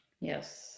Yes